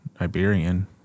Iberian